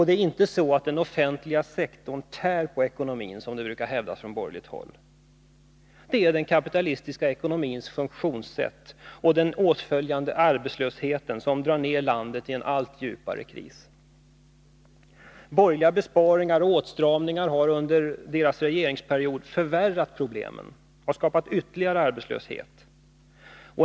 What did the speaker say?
Det är inte så att den offentliga sektorn tär på ekonomin, som det brukar hävdas från borgerligt håll. Det är den kapitalistiska ekonomins funktionssätt och den åtföljande arbetslösheten som drar ned landet i en allt djupare kris. Besparingar och åtstramnngar under den borgerliga regeringsperioden har förvärrat problemen och skapat ytterligare arbetslöshet.